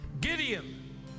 Gideon